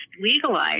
legalized